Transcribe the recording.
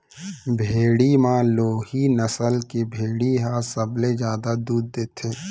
भेड़ी म लोही नसल के भेड़ी ह सबले जादा दूद देथे